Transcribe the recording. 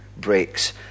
breaks